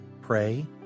pray